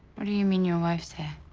what do you mean, your wife's hair?